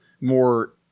more